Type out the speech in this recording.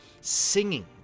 singing